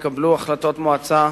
נתקבלו החלטות מועצה,